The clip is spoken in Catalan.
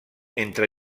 entre